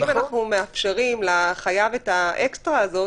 אם אנחנו מאפשרים לחייב את האקסטרה הזאת,